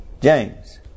James